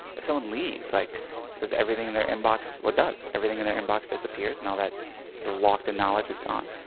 if someone leaves, like does everything in their inbox well, it does. everything in their inbox disappears and all that sort of locked in knowledge is gone.